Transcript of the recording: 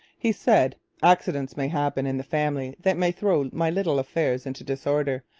he said accidents may happen in the family that may throw my little affairs into disorder.